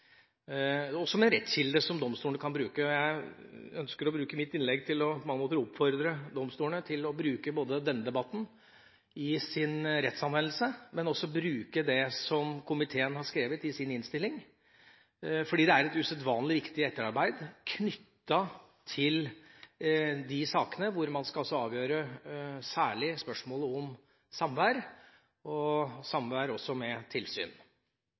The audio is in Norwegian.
og en rettskilde som domstolene kan bruke. Jeg ønsker å bruke mitt innlegg til å oppfordre domstolene til å bruke denne debatten i sin rettsanvendelse og til å bruke det som komiteen har skrevet i sin innstilling, fordi det er et usedvanlig viktig etterarbeid knyttet til de sakene hvor man skal avgjøre særlig spørsmålet om samvær – og samvær også med tilsyn.